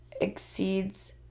exceeds